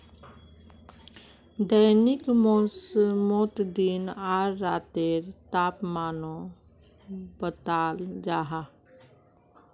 दैनिक मौसमोत दिन आर रातेर तापमानो बताल जाहा